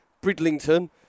Bridlington